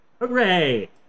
Hooray